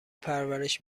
پرورش